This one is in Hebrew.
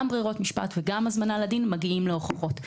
בררות משפט וגם הזמנה לדין מגיעים להוכחות.